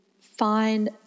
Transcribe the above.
find